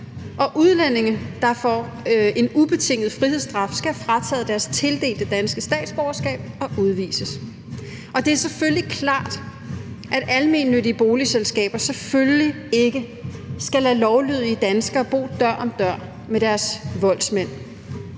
og udlændinge, der får en ubetinget frihedsstraf, skal have frataget deres tildelte danske statsborgerskab og udvises. Det er klart, at almennyttige boligselskaber selvfølgelig ikke skal lade lovlydige danskere bo dør om dør med deres voldsmænd.